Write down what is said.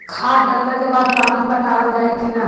खाद डलला के बाद पानी पाटावाल जाई कि न?